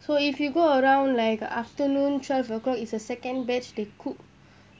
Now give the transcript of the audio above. so if you go around like afternoon twelve O'clock is a second batch they cook